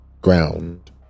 ground